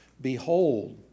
Behold